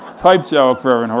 type joke for and